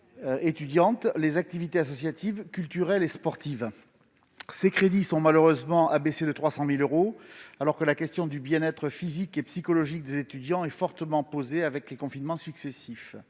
étudiants et activités associatives, culturelles et sportives. Malheureusement, ces crédits sont abaissés de 300 000 euros, alors que la question du bien-être physique et psychologique des étudiants est fortement posée par les confinements successifs.